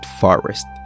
forest